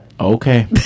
Okay